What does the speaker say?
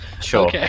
Sure